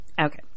okay